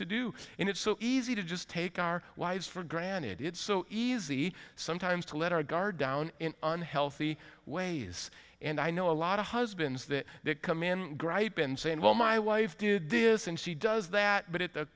to do and it's so easy to just take our wives for granted it's so easy sometimes to let our guard down in unhealthy ways and i know a lot of husbands that come in gripe in saying well my wife did this and she does that but at the